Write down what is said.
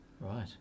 Right